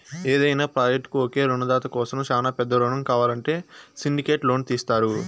యాదైన ప్రాజెక్టుకు ఒకే రునదాత కోసరం శానా పెద్ద రునం కావాలంటే సిండికేట్ లోను తీస్తారు